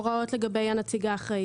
הוראות לגבי הנציג האחראי.